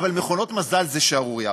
אבל מכונות מזל, זאת שערורייה.